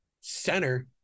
center